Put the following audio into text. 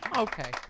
Okay